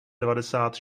devadesát